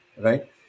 right